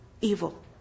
Evil